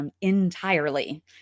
entirely